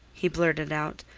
he blurted out.